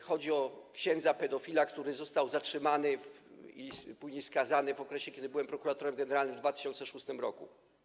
Chodzi o księdza pedofila, który został zatrzymany i później skazany w okresie, kiedy byłem prokuratorem generalnym w 2006 r.